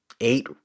eight